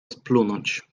splunąć